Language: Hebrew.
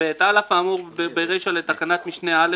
" על אף האמור ברישה לתקנת משנה (א),